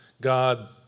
God